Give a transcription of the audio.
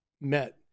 met